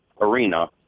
Arena